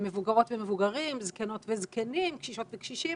מבוגרות ומבוגרים, זקנות וזקנים, קשישות וקשישים.